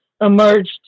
emerged